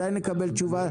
מתי נקבל תשובה?